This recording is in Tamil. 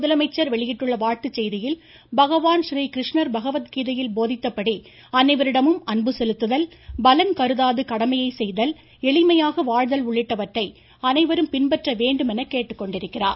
பழனிசாமி வெளியிட்டுள்ள வாழ்த்துச்செய்தியில் ஸ்ரீகிருஷ்ணர் பகவத்கீதையில் பகவான் போதித்தபடி அனைவரிடமும் அன்பு செலுத்துதல் பலன் கருதாது கடமையை செய்தல் எளிமையாக வாழ்தல் உள்ளிட்டவற்றை அனைவரும் பின்பற்ற வேண்டும் என கேட்டுக்கொண்டுள்ளார்